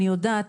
אני יודעת,